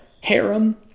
harem